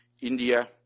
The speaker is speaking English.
India